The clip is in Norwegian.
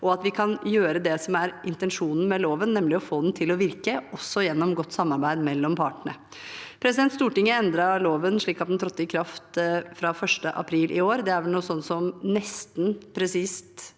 og at vi kan gjøre det som er intensjonen med loven, nemlig å få den til å virke – også gjennom godt samarbeid mellom partene. Stortinget endret loven, slik at den trådte i kraft fra 1. april i år. Det er vel noe sånt som nesten